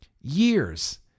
years